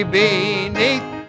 beneath